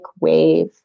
wave